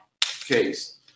case